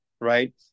right